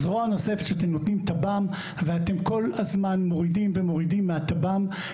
זרוע נוספת שאתם נותנים תב"מ ואתם כל הזמן מורידים ומורידים מהתב"מ,